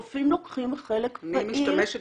הרופאים לוקחים חלק פעיל במחקרים --- אני משתמשת